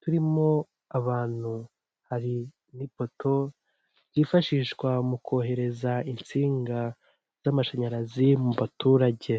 turimo abantu, hari n'ipoto byifashishwa mu kohereza insinga z'amashanyarazi mu baturage